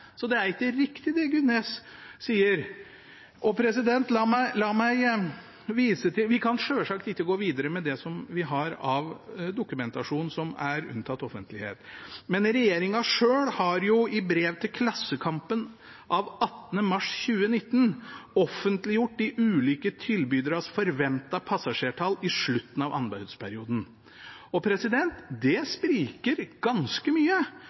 Så det er ikke riktig det representanten Gunnes sier. Vi kan selvsagt ikke gå videre med det vi har av dokumentasjon som er unntatt offentlighet, men regjeringen selv har i brev til Klassekampen av 18. mars 2019 offentliggjort de ulike tilbydernes forventede passasjertall i slutten av anbudsperioden, og det spriker ganske mye